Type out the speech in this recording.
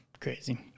Crazy